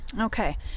Okay